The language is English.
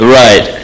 right